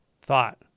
thought